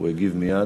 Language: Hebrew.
הוא הגיב מייד,